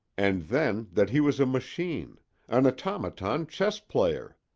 and then that he was a machine an automaton chess-player!